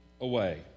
away